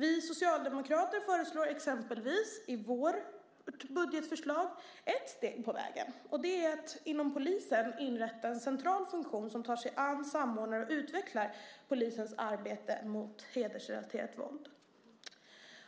Vi socialdemokrater föreslår exempelvis i vårt budgetförslag ett steg på vägen. Det är att inrätta en central funktion inom polisen som tar sig an, samordnar och utvecklar polisens arbete mot hedersrelaterat våld.